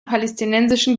palästinensischen